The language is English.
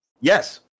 yes